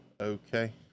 okay